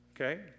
okay